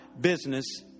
business